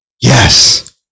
Yes